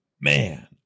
man